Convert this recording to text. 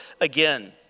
again